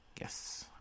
yes